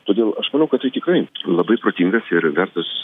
todėl aš manau kad tai tikrai labai protingas ir vertas